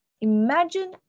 Imagine